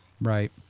Right